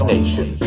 Nation